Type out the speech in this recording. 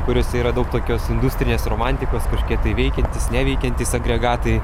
kuriose yra daug tokios industrinės romantikos kažkiek tai veikiantys neveikiantys agregatai